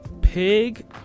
Pig